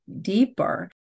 deeper